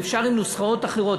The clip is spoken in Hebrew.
ואפשר עם נוסחאות אחרות,